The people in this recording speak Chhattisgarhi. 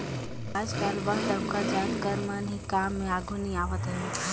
आएज काएल बस डउका जाएत कर मन ही काम में आघु नी आवत अहें